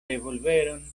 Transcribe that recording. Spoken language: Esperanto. revolveron